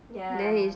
ya